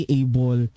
able